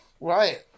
right